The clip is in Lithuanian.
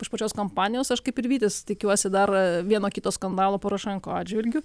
iš pačios kampanijos aš kaip ir vytis tikiuosi dar vieno kito skandalo porošenko atžvilgiu